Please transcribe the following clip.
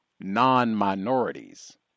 non-minorities